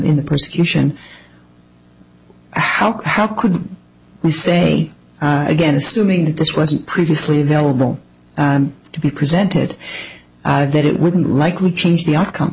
in the prosecution how how could we say again assuming that this wasn't previously available and to be presented at that it wouldn't likely change the outcome